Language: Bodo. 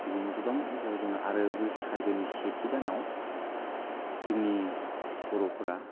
बिदिनो गोबां बैसागु दं आरो बैसागोनि सेथि दानाव जोंनि बर'फोरा